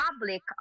public